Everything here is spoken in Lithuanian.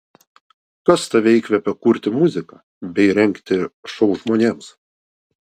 kas tave įkvepia kurti muziką bei rengti šou žmonėms